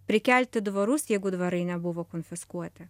prikelti dvarus jeigu dvarai nebuvo konfiskuoti